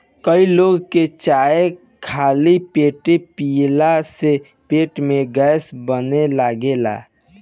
कई लोग के चाय खाली पेटे पियला से पेट में गैस बने लागेला